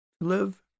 live